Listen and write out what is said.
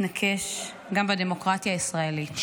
התנקש גם בדמוקרטיה הישראלית.